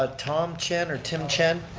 ah tom chen or tim chen.